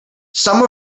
some